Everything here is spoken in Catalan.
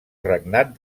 regnat